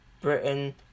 Britain